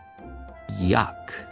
yuck